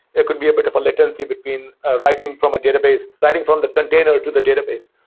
there could be a bit of a latency between ah writing from a database, writing from the container to the database.